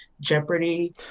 Jeopardy